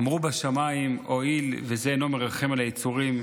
אמרו בשמיים: הואיל וזה אינו מרחם על היצורים,